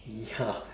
ya